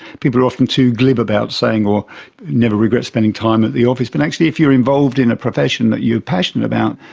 people are often too glib about saying you never regret spending time at the office, but actually if you're involved in a profession that you are passionate about,